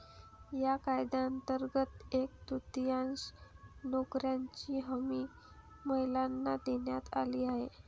या कायद्यांतर्गत एक तृतीयांश नोकऱ्यांची हमी महिलांना देण्यात आली आहे